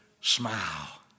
smile